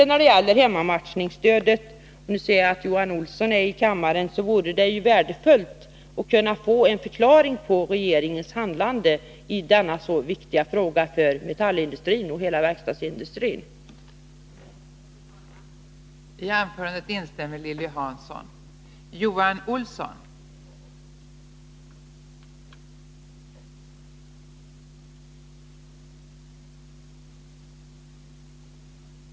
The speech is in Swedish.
När det gäller hemmamatchningsstödet — jag ser att Johan Olsson befinner sig i kammaren —- vore det värdefullt att få en förklaring till regeringens handlande i denna för metallindustrin och hela verkstadsindustrin så viktiga fråga.